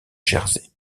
jersey